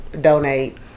donate